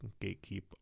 gatekeep